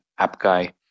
AppGuy